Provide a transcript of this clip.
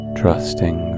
trusting